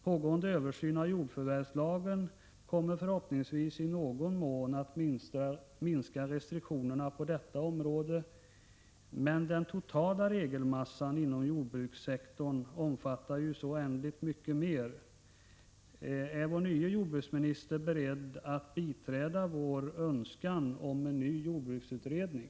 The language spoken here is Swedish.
Pågående översyn av jordförvärvslagen kommer förhoppningsvis att i någon mån minska restriktionerna på detta område, men den totala regelmassan inom jordbrukssektorn omfattar ju oändligt mycket mer. Är vår nye jordbruksminister beredd att biträda vår önskan om en ny jordbruksutredning?